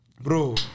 Bro